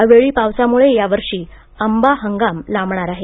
अवेळी पावसामुळे या वर्षी आंबा हंगाम लांबणार आहे